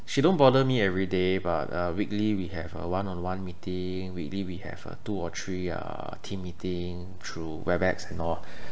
she don't bother me every day but uh weekly we have a one on one meeting weekly we have uh two or three uh team meeting through webex and all